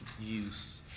use